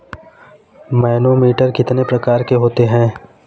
Manometer कितने प्रकार के होते हैं?